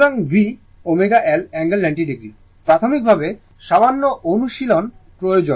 সুতরাং কোথাও কোনও বিভ্রান্তি হওয়া উচিত নয়